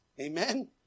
Amen